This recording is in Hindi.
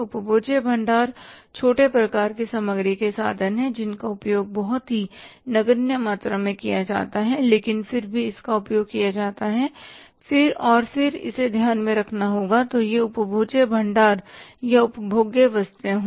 उपभोज्य भंडार छोटे प्रकार की सामग्री के साधन हैं जिनका उपयोग बहुत ही नगण्य मात्रा में किया जाता है लेकिन फिर भी इसका उपयोग किया जाता है और हमें इसे ध्यान में रखना होगा तो यह उपभोज्य भंडार या उपभोग्य वस्तुएँ हो